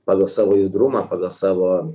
pagal savo judrumą pagal savo